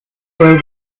while